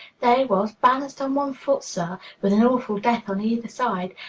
there he was, balanced on one foot, sir, with an awful death on either side,